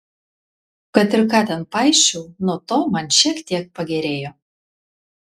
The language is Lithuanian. kad ir ką ten paisčiau nuo to man šiek tiek pagerėjo